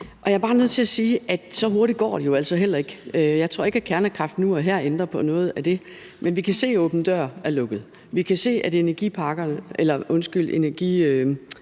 Jeg er bare nødt til at sige, at så hurtigt går det jo altså heller ikke. Jeg tror ikke, at kernekraft nu og her ændrer på noget af det. Men vi kan se, at åben dør-projektet er lukket, og vi kan se, at det i forhold til energiøerne